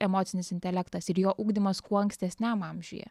emocinis intelektas ir jo ugdymas kuo ankstesniam amžiuje